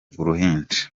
uruhinja